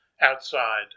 outside